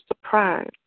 surprise